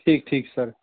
ਠੀਕ ਠੀਕ ਸਰ